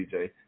DJ